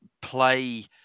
play